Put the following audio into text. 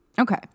Okay